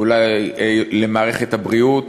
אולי למערכת הבריאות,